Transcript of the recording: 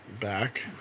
back